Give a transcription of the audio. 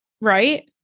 Right